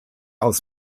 aus